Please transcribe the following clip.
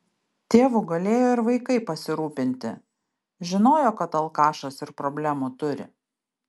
tėvu galėjo ir vaikai pasirūpinti žinojo kad alkašas ir problemų turi